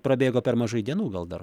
prabėgo per mažai dienų gal dar